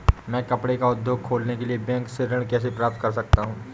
मैं कपड़े का उद्योग खोलने के लिए बैंक से ऋण कैसे प्राप्त कर सकता हूँ?